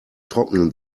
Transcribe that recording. trocknen